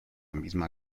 misma